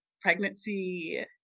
pregnancy